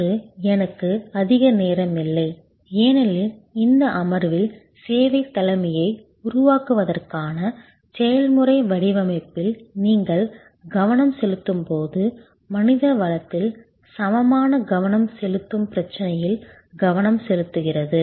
இன்று எனக்கு அதிக நேரம் இல்லை ஏனெனில் இந்த அமர்வில் சேவைத் தலைமையை உருவாக்குவதற்கான செயல்முறை வடிவமைப்பில் நீங்கள் கவனம் செலுத்தும்போது மனித வளத்தில் சமமான கவனம் செலுத்தும் பிரச்சினையில் கவனம் செலுத்துகிறது